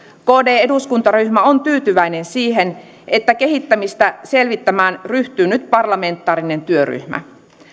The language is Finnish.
kd eduskuntaryhmä on tyytyväinen siihen että kehittämistä selvittämään ryhtyy nyt parlamentaarinen työryhmä